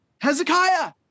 Hezekiah